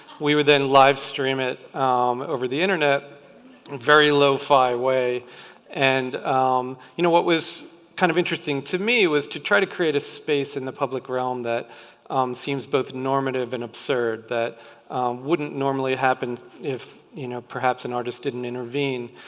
we we then livestreamed it over the internet in a very low fly way and you know what was kind of interesting to me was to try to create a space in the public realm that seems both normative and absurd. that wouldn't normally happen if, you know, perhaps an artist didn't intervene.